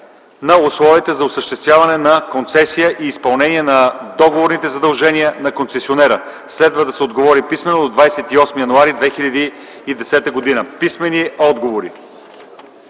на условията за осъществяване на концесия и изпълнение на договорните задължения на концесионера. Следва да се отговори писмено до 28 януари 2010 г. Писмени отговори: